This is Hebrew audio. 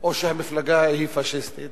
או שהמפלגה פאשיסטית.